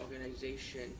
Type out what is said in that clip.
organization